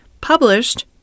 published